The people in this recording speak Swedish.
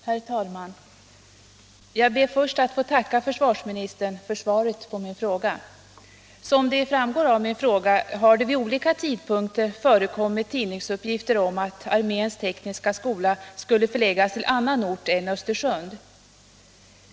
Herr talman! Jag ber först att få tacka försvarsministern för svaret på min fråga. Som framgår av min fråga har det vid olika tidpunkter förekommit tidningsuppgifter om att arméns tekniska skola skulle förläggas till annan ort än Östersund.